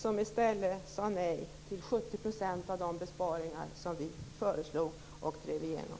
Ni sade nej till 70 % av de besparingar vi föreslog och drev igenom.